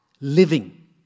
living